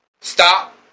Stop